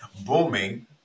booming